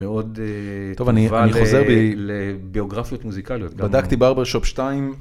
טוב, אני חוזר לביוגרפיות מוזיקליות, בדקתי ברבר שתיים.